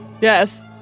yes